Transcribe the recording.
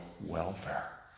welfare